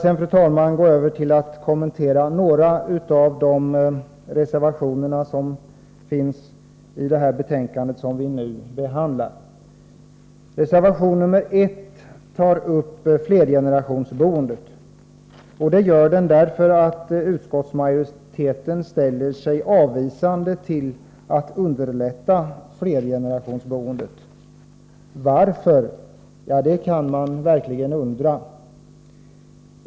Låt mig sedan, fru talman, gå över till att kommentera några av de reservationer som finns i det betänkande vi nu behandlar. Reservation 1 tar upp flergenerationsboendet. Reservationen har kommit till därför att utskottsmajoriteten ställer sig avvisande till att underlätta sådant boende. Varför? Ja, det kan man verkligen undra.